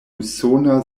usona